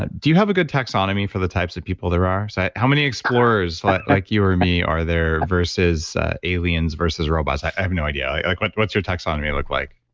ah do you have a good taxonomy for the types of people there are? so how many explorers like you or me are there versus aliens versus robots? i have no idea. like like what's your taxonomy look like?